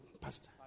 pastor